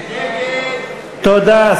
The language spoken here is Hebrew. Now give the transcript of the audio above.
תודה.